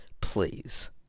Please